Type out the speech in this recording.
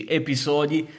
episodi